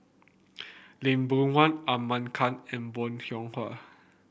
Lee Boon Wang Ahmad Khan and Bong Hiong Hwa